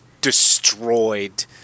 destroyed